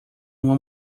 uma